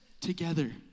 Together